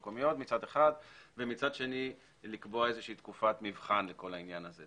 תקבע תקופת מבחן לכל העניין הזה.